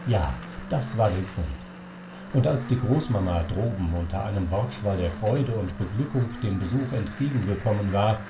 ja das war der grund und als die großmama droben unter einem wortschwall der freude und beglückung dem besuch entgegengekommen war